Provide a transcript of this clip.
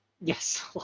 Yes